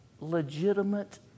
legitimate